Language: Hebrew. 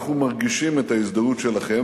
אנחנו מרגישים את ההזדהות שלכם,